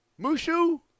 Mushu